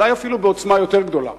ואולי אפילו בעוצמה יותר גדולה.